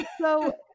so-